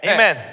Amen